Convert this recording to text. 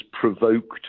provoked